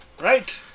Right